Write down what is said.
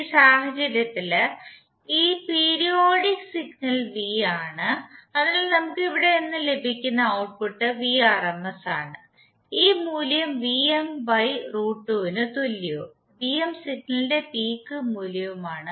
ഈ സാഹചര്യത്തിൽ ഈ പീരിയോഡിക് സിഗ്നൽ V ആണ് അതിനാൽ നമുക്ക് ഇവിടെ നിന്ന് ലഭിക്കുന്ന ഔട്ട്പുട്ട് Vrms ആണ് ഈ മൂല്യം ന് തുല്യവും Vm സിഗ്നലിന്റെ പീക്ക് മൂല്യവുമാണ്